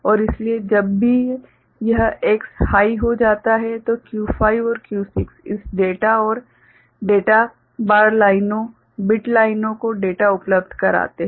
और इसलिए जब भी यह X हाइ हो जाता है तो Q5 और Q6 इस डेटा और डेटा बार लाइनों बिट लाइनों को डेटा उपलब्ध कराते हैं